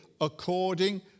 according